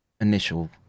initial